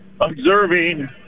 observing